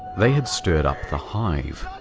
they had stirred up the hive.